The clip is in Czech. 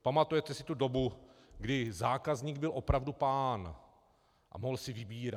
Pamatujete si tu dobu, kdy zákazník byl opravdu pán a mohl si vybírat.